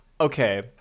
okay